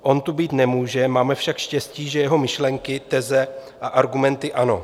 On tu být nemůže, máme však štěstí, že jeho myšlenky, teze a argumenty ano.